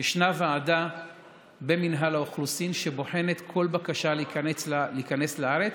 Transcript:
יש ועדה במינהל האוכלוסין שבוחנת כל בקשה להיכנס לארץ.